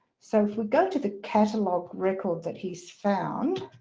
so if we go to the catalogue records that he's found.